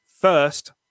first